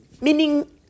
meaning